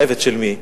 עבד של מי?